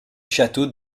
château